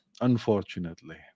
unfortunately